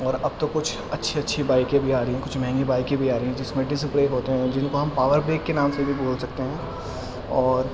اور اب تو کچھ اچھی اچھی بائکیں بھی آ رہی ہیں کچھ مہنگی بائکیں بھی آ رہی ہیں جس میں ڈسیپلے ہوتے ہیں جن کو ہم پاور بریک کے نام سے بھی بول سکتے ہیں اور